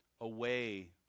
away